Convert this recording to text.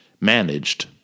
managed